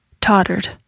tottered